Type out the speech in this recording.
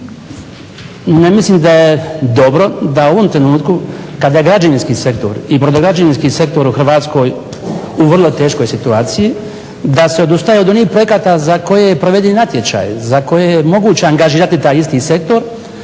Ne mislim da je dobro da u ovom trenutku kada građevinski sektor i brodograđevinski sektor u Hrvatskoj u vrlo teškoj situaciji da se odustaje od onih projekata za koje je proveden i natječaj, za koje je moguće angažirati taj isti sektor,